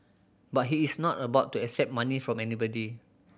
but he is not about to accept money from anybody